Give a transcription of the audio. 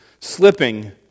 Slipping